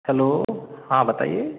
hello हाँ बताइए